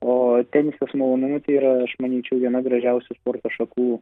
o tenisas malonumui tai yra aš manyčiau viena gražiausių sporto šakų